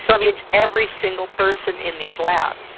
so it's every single person in these labs.